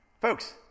folks